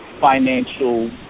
financial